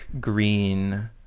green